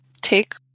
take